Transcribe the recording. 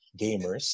gamers